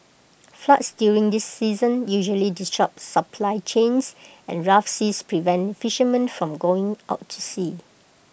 floods during this season usually disrupt supply chains and rough seas prevent fishermen from going out to sea